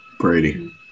Brady